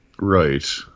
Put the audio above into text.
Right